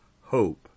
hope